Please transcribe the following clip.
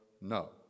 no